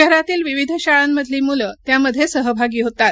शहरातील विविध शाळांमधली मूलं त्यामध्ये सहभागी होतात